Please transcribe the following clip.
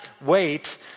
wait